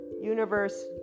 universe